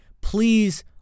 please